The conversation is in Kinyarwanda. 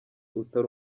utari